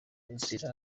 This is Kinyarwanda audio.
nzira